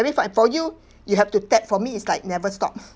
I mean for you you have to tap for me is like never stop